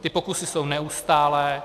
Ty pokusy jsou neustálé.